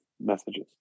messages